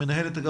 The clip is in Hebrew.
ממשרד החינוך